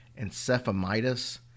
encephalitis